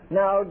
now